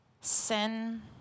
sin